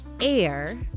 air